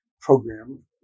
program